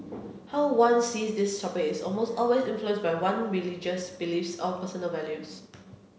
how one sees these topics is almost always influenced by one religious beliefs or personal values